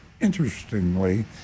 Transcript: Interestingly